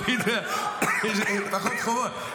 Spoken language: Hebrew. פחות חובות.